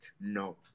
no